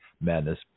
madness